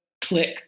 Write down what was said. Click